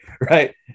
right